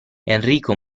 enrico